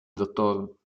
dott